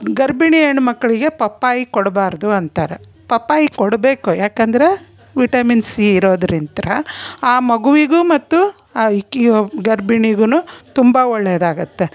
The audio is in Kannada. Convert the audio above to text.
ಗರ್ಭಿಣಿ ಹೆಣ್ ಮಕ್ಕಳಿಗೆ ಪಪ್ಪಾಯಿ ಕೊಡಬಾರ್ದು ಅಂತಾರೆ ಪಪ್ಪಾಯಿ ಕೊಡಬೇಕು ಯಾಕಂದ್ರೆ ವಿಟಮಿನ್ ಸಿ ಇರೋದ್ರಿಂತ ಆ ಮಗುವಿಗೂ ಮತ್ತು ಆ ಇಕ್ಯು ಗರ್ಭಿಣಿಗೂನು ತುಂಬ ಒಳ್ಳೇದಾಗತ್ತೆ